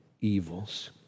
evils